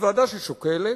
ועדה ששוקלת,